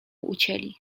ucięli